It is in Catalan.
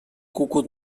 cucut